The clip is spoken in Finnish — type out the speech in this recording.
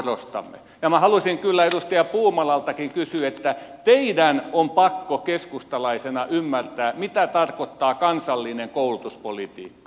minä haluaisin kyllä edustaja puumalallekin sanoa että teidän on pakko keskustalaisena ymmärtää mitä tarkoittaa kansallinen koulutuspolitiikka